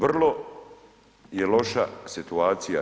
Vrlo je loša situacija.